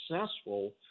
successful